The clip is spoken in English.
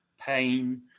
pain